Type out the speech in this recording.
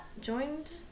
joined